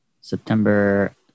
September